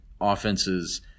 offense's –